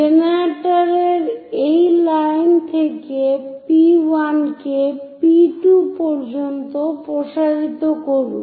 জেনারেটরের একটি লাইন থেকে P1 কে P2 পর্যন্ত প্রসারিত করুন